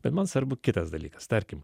bet man svarbu kitas dalykas tarkim